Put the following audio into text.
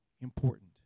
important